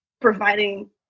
providing